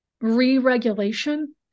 re-regulation